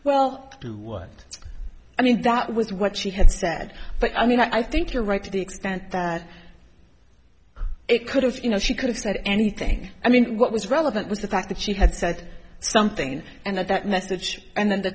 well to what i mean that was what she had said but i mean i think you're right to the extent that it could have you know she could've said anything i mean what was relevant was the fact that she had said something and at that message and then the